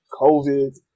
COVID